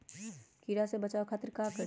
कीरा से बचाओ खातिर का करी?